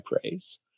praise